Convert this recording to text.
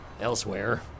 elsewhere